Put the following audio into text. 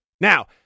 Now